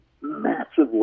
massively